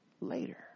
later